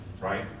right